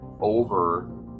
over